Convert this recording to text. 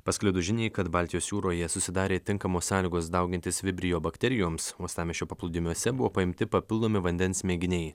pasklidus žiniai kad baltijos jūroje susidarė tinkamos sąlygos daugintis vibrio bakterijoms uostamiesčio paplūdimiuose buvo paimti papildomi vandens mėginiai